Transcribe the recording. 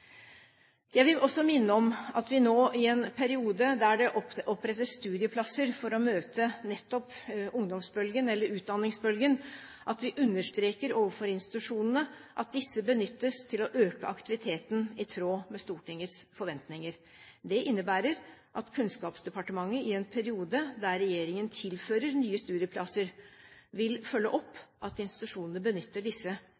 Jeg vil også minne om at vi nå i en periode der det opprettes studieplasser for å møte nettopp ungdomsbølgen eller utdanningsbølgen, understreker overfor institusjonene at disse benyttes til å øke aktiviteten i tråd med Stortingets forventninger. Det innebærer at Kunnskapsdepartementet i en periode der regjeringen tilfører nye studieplasser, vil følge opp at institusjonene benytter disse